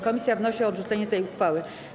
Komisja wnosi o odrzucenie tej uchwały.